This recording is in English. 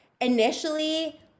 initially